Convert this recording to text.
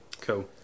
cool